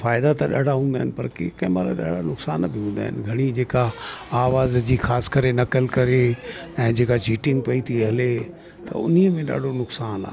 फ़ाइदा त ॾाढा हूंदा आहिनि पर कंहिं कंहिं महिल ॾाढा नुक़सान बि हूंदा आहिनि घणी जेका आवाज़ जी ख़ासि करे नकल करे ऐं जेका चीटिंग पई थी हले त उन में ॾाढो नुक़सान आहे